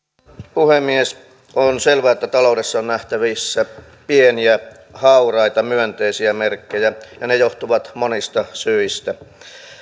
puhemies on selvää että taloudessa on nähtävissä pieniä hauraita myönteisiä merkkejä ja ne johtuvat monista syistä